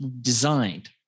designed